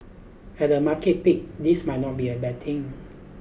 at a market peak this might not be a bad thing